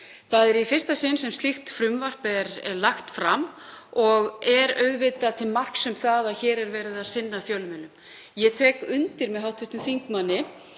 Það er í fyrsta sinn sem slíkt frumvarp er lagt fram og er auðvitað til marks um það að hér er verið að sinna fjölmiðlum. Ég tek undir með hv. þingmanni